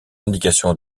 indications